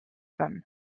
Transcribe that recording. them